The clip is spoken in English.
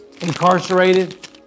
incarcerated